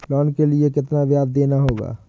Loan के लिए कितना ब्याज देना होगा?